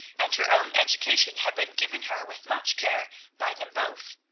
and her own education had been given her with much care by them both.